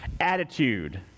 attitude